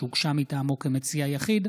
שהוגשה מטעמו כמציע יחיד,